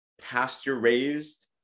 pasture-raised